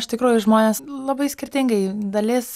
iš tikrųjų žmonės labai skirtingai dalis